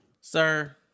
Sir